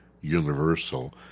Universal